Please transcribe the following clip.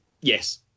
Yes